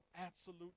absolute